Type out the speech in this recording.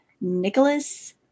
Nicholas